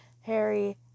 Harry